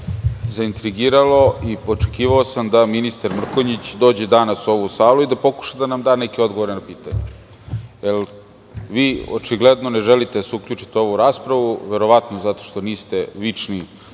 zaintrigiralo. Očekivao sam da ministar Mrkonjić dođe danas u ovu salu i da pokuša da nam da odgovore na pitanja. Vi očigledno ne želite da se uključite u ovu raspravu, verovatno zato što niste vični